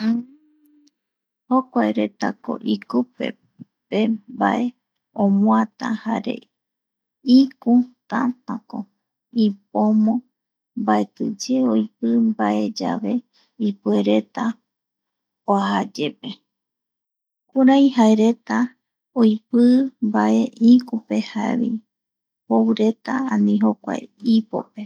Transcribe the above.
Jokua reta ko ikupe pe mbae omoata jare iku tatako ipomo mbaetiye oipi mbae yave ipuereta oajayepe jokurai jaereta oipi mbae iküpe jou reta ani jokua ipo.